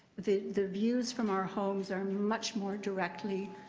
the the views from our homes are much more directly